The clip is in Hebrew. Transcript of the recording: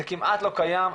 זה כמעט לא קיים,